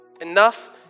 Enough